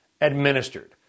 administered